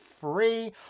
free